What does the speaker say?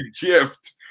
gift